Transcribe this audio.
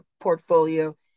portfolio